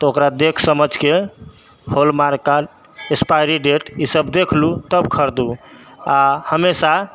तऽ ओकरा देखि समझिकऽ हॉलमार्क एक्सपाइरी डेट ईसब देखलू तब खरिदू आओर हमेशा